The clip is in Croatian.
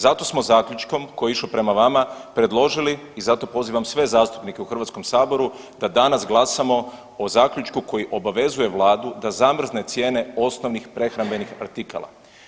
Zato smo zaključkom koji je išao prema vama predložili i zato pozivam sve zastupnike u HS-u da danas glasamo o zaključku koji obavezuje Vladu da zamrzne cijene osnovnim prehrambenih artikala.